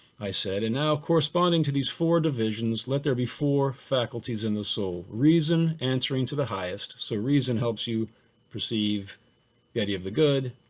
i said. and now corresponding to these four divisions, let there be four faculties in the soul, reason answering to the highest. so reason helps you perceive the idea of the good,